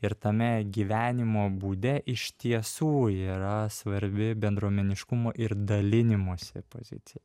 ir tame gyvenimo būde iš tiesų yra svarbi bendruomeniškumo ir dalinimosi pozicija